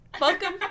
Welcome